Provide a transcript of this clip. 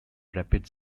rapid